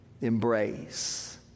embrace